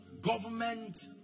government